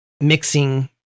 mixing